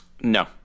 No